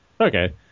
Okay